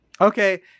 okay